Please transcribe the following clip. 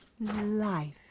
life